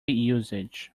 usage